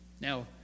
Now